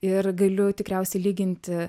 ir galiu tikriausiai lyginti